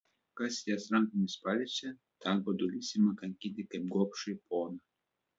kas jas rankomis paliečia tą godulys ima kankinti kaip gobšųjį poną